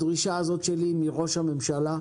הדרישה הזאת שלי מראש הממשלה,